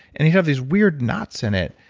and he'd have these weird knots in it.